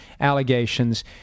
allegations